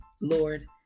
Lord